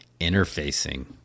interfacing